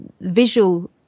visual